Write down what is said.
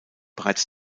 bereits